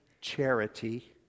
Charity